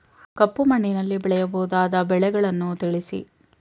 ಕಪ್ಪು ಮಣ್ಣಿನಲ್ಲಿ ಬೆಳೆಯಬಹುದಾದ ಬೆಳೆಗಳನ್ನು ತಿಳಿಸಿ?